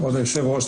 כבוד היושב ראש,